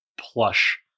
plush